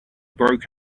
broke